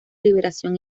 liberación